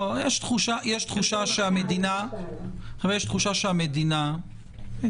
יש תחושה שהמדינה חשה